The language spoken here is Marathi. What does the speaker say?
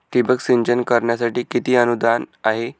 ठिबक सिंचन करण्यासाठी किती अनुदान आहे?